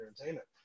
entertainment